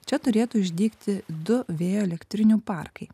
čia turėtų išdygti du vėjo elektrinių parkai